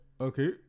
Okay